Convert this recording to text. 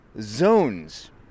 zones